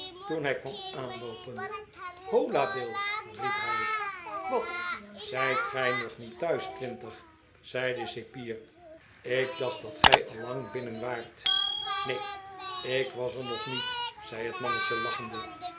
toen hij kwam aanloopen hola bill riep hij wat zijt gij nog niet th'uis twintig zei de cipier ik dacht dat gij al lang binnen waart neen ik was er nog niet zei het mannetje lachend